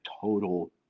total